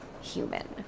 human